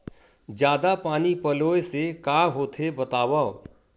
जादा पानी पलोय से का होथे बतावव?